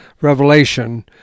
Revelation